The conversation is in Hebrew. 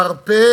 מרפא